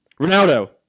Ronaldo